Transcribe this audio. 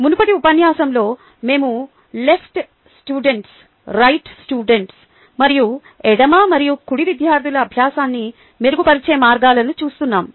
మునుపటి ఉపన్యాసంలో మేము లెఫ్ట్ స్టూడెంట్స్ రైట్ స్టూడెంట్స్ మరియు ఎడమ మరియు కుడి విద్యార్థుల అభ్యాసాన్ని మెరుగుపరిచే మార్గాలను చూస్తున్నాం